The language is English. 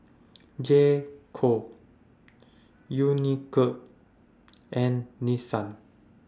J Co Unicurd and Nissan